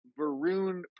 Varun